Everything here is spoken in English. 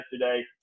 yesterday